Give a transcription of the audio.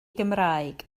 gymraeg